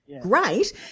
great